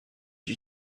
you